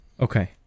Okay